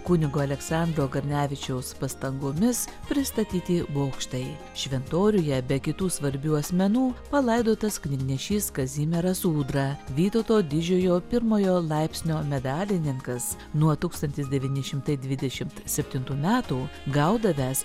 kunigo aleksandro garnevičiaus pastangomis pristatyti bokštai šventoriuje be kitų svarbių asmenų palaidotas knygnešys kazimieras ūdra vytauto didžiojo pirmojo laipsnio medalininkas nuo tūkstantis devyni šimtai dvidešimt septintų metų gaudavęs